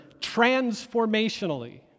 transformationally